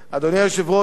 אדוני היושב-ראש,